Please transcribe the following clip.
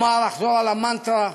אחזור על המנטרה: